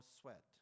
sweat